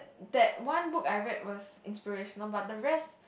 that one book I read was inspirational but the rest